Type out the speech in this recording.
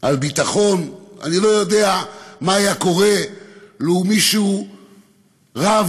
על ביטחון, אני לא יודע מה היה קורה לו מישהו, רב,